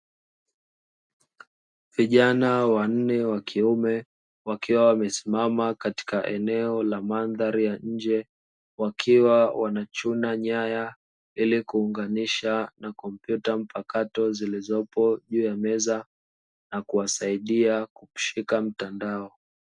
Vijana wanne wa kiume wakiwa wamesimama katika eneo la mandhari ya nje, wakiwa wanachuna nyaya ilikuunganisha na kompyuta mpakato zilizopo juu ya meza na kuwasaidia kushika mtandao.